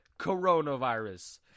coronavirus